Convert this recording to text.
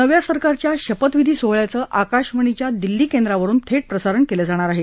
नव्या सरकारच्या शपथविधी सोहळ्याचं आकाशवाणीच्या दिल्ली केंद्रावरून थेट प्रसारण केलं जाणार आहे